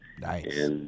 Nice